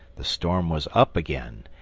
the storm was up again,